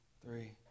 three